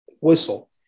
whistle